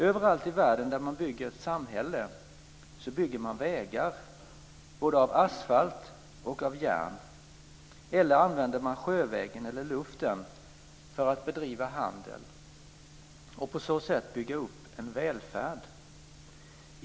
Överallt i världen där man bygger ett samhälle bygger man vägar, både av asfalt och av järn, eller så använder man sjövägen eller luften för att bedriva handel och bygger på så sätt upp en välfärd.